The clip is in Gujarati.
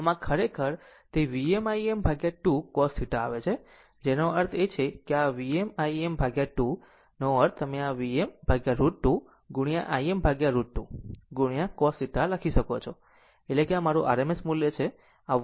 આમ આ તે ખરેખર Vm Im 2 cos θ આવે છે જેનો અર્થ છે કે આ Vm Im 2 નો અર્થ તમે આ Vm √ 2 into Im √ 2 into cos θ લખી શકો છો એટલે કે આ મારું RMS મૂલ્ય છે